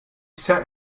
set